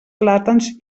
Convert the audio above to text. plàtans